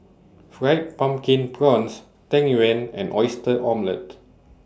Fried Pumpkin Prawns Tang Yuen and Oyster Omelette